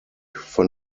von